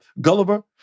Gulliver